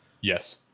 Yes